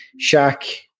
Shaq